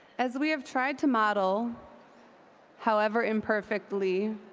as we have tried to model however imperfectly,